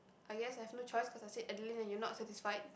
I guess I have no choice cause I said Adeline and you're not satisfied